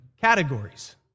categories